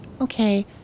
Okay